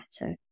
matter